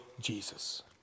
Jesus